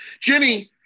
Jimmy